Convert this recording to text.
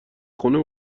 خونه